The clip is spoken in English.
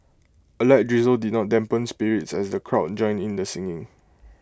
A light drizzle did not dampen spirits as the crowd joined in the singing